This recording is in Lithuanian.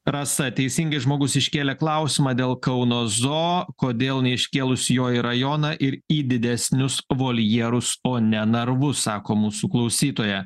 rasa teisingai žmogus iškėlė klausimą dėl kauno zo kodėl neiškėlus jo į rajoną ir į didesnius voljerus o ne narvus sako mūsų klausytoja